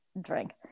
drink